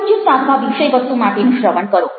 સાયુજ્ય સાધવા વિષયવસ્તુ માટેનું શ્રવણ કરો